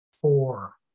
four